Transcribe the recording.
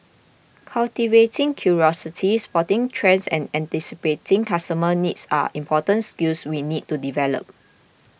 cultivating curiosity spotting trends and anticipating customer needs are important skills we need to develop